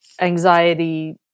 anxiety